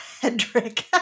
Hedrick